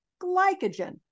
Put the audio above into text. glycogen